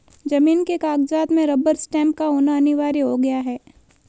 जमीन के कागजात में रबर स्टैंप का होना अनिवार्य हो गया है